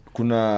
Kuna